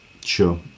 Sure